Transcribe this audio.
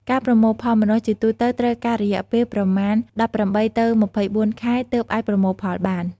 ការប្រមូលផលម្នាស់ ជាទូទៅត្រូវការរយៈពេលប្រមាណ ១៨ ទៅ ២៤ ខែ ទើបអាចប្រមូលផលបាន។